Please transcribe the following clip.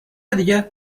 دیگه